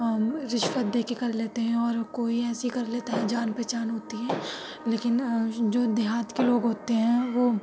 رشوت دے کے کر لیتے ہیں اور کوئی ایسے کر لیتا ہے جان پہچان ہوتی ہے لیکن جو دیہات کے لوگ ہوتے ہیں وہ